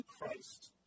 Christ